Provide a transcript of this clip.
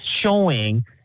showing